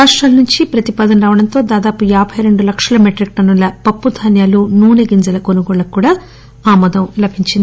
రాష్టాల నుంచి ప్రతిపాదన రావడంతో దాదాపు యాటై రెండు లక్షల మెట్రిక్ టన్ను ల పప్పు ధాన్యాలు నూసె గింజల కొనుగోళ్లకు కూడా ఆమోదం లభించింది